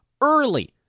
early